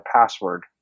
password